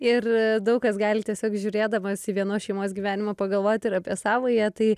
ir daug kas gali tiesiog žiūrėdamas į vienos šeimos gyvenimą pagalvoti ir apie savąją tai